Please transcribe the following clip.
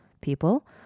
people